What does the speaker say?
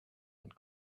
and